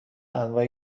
انواع